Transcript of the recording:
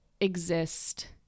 exist